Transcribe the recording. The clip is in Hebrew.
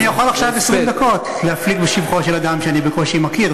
אני יכול עכשיו 20 דקות להפליג בשבחו של אדם שאני בקושי מכיר,